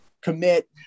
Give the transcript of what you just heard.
Commit